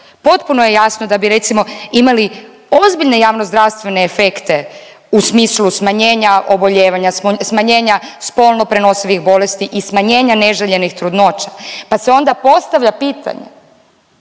Potpuno je jasno da bi recimo imali ozbiljne javno-zdravstvene efekte u smislu smanjenja obolijevanja, smanjenja spolno prenosivih bolesti i smanjenja neželjenih trudnoća. Pa se onda postavlja pitanje